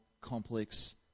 complex